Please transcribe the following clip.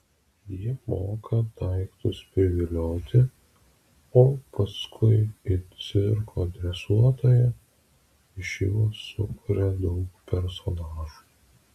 ji moka daiktus privilioti o paskui it cirko dresuotoja iš jų sukuria daug personažų